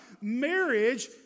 Marriage